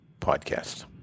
podcast